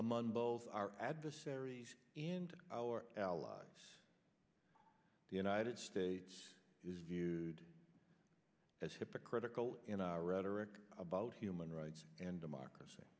among both our adversaries and our allies the united states is viewed as hypocritical in our rhetoric about human rights and democracy